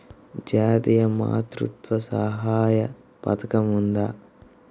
జాతీయ మాతృత్వ సహాయ పథకం ఉందా?